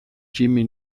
jimmy